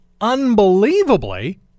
unbelievably